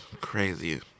crazy